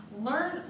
learn